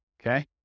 Okay